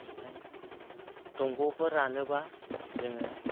ओमफ्राय दंग'फोर रानोब्ला जोंङो